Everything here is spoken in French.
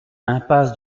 impasse